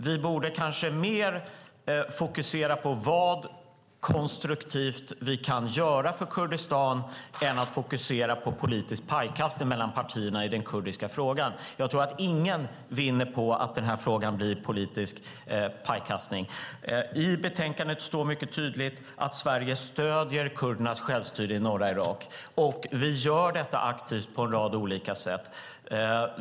Vi borde kanske mer fokusera på vad vi konstruktivt kan göra för Kurdistan än på politisk pajkastning mellan partierna i den kurdiska frågan. Jag tror inte att någon vinner på att det blir politisk pajkastning i frågan. I betänkandet står mycket tydligt att Sverige stöder kurdernas självstyre i norra Irak. Vi gör detta aktivt på en rad olika sätt.